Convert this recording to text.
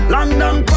London